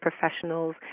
professionals